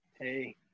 Hey